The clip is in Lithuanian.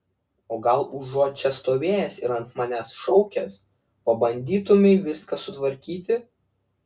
o gal užuot čia stovėjęs ir ant manęs šaukęs pabandytumei viską sutvarkyti